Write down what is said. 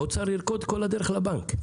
האוצר ירקוד כל הדרך לבנק,